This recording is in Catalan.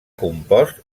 compost